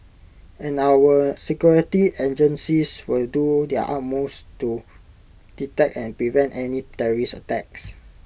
and our security agencies will do their utmost to detect and prevent any terrorist attacks